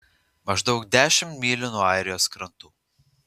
maždaug dešimt mylių nuo airijos krantų